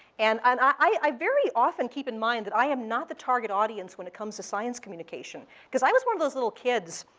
and i very often keep in mind that i'm um not the target audience when it comes to science communication. cause i was one of those little kids.